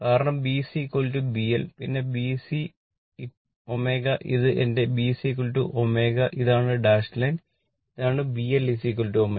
കാരണം B CB L പിന്നെ B C ω ഇത് എന്റെ B Cω ഇതാണ് ഡാഷ് ലൈൻ ഇതാണ് B Lω